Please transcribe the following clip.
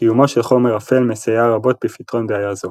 קיומו של חומר אפל מסייע רבות בפתרון בעיה זו.